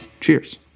Cheers